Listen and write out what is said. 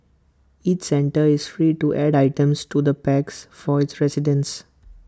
each centre is free to add items to the packs for its residents